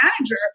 manager